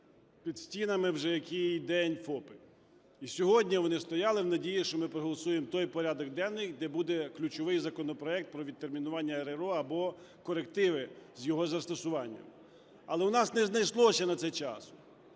під стінами вже який день ФОП. І сьогодні вони стояли в надії, що ми проголосуємо той порядок денний, де буде ключовий законопроект про відтермінування РРО або корективи з його застосуванням. Але у нас не знайшлося на це часу.